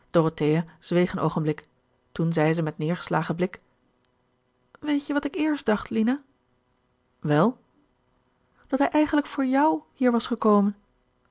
dorothea zweeg een oogenblik toen zei ze met neergeslagen blik weet-je wat ik eerst dacht lina wèl dat hij eigenlijk voor jou hier was gekomen